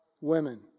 women